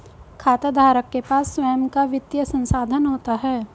खाताधारक के पास स्वंय का वित्तीय संसाधन होता है